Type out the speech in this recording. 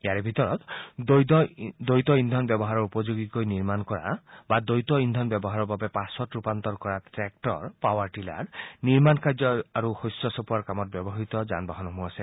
ইয়াৰে ভিতৰত দ্বৈত ইন্ধন ব্যৱহাৰৰ উপযোগীকৈ নিৰ্মাণ কৰা বা দ্বৈত ইন্ধন ব্যৱহাৰৰ বাবে পাছত ৰূপান্তৰ কৰা ট্ৰেক্টৰ পাৱাৰ টিলাৰনিৰ্মাণ কাৰ্য আৰু শস্য চপোৱাৰ কামত ব্যৱহাত যান বাহনসমূহ আছে